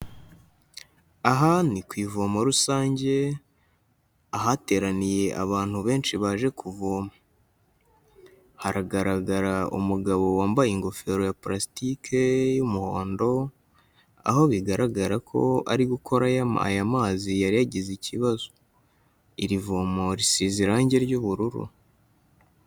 Aha ni ku ivomo rusange ahateraniye abantu benshi baje kuvoma. Haragaragara umugabo wambaye ingofero ya purasitike y'umuhondo, aho bigaragara ko ari gukora aya mazi yari yagize ikibazo. Iri vomo risize irange ry'ubururu.